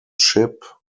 ship